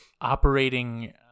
operating